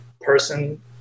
person